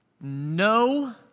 no